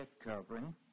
covering